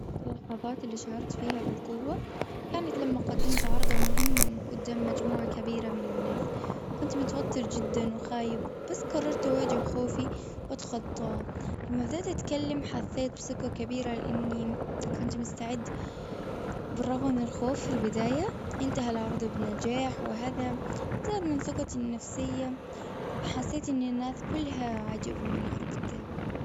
إحدى اللحظات اللي شعرت فيها بالقوة. كانت لما قدمت عرضا مهما قدام مجموعة كبيرة من الناس. كنت متوتر جدا وخايف. بس قررت أواجه خوفي وأتخطاه. لما بدأت أتكلم حسيت بثقة كبيرة لأني كنت مستعد بالرغم من الخوف في البداية. إنتهي العرض بالنجاح وهذا غير من ثقتي النفسية. حسيت أن الناس كلها عاجبهم العرض يعني.